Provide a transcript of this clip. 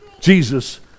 Jesus